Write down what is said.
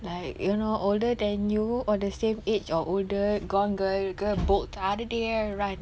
like you know older than you or the same age or older gone girl girl bolt outta there and run